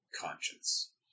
conscience